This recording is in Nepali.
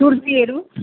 छुर्पीहरू